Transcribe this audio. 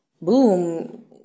boom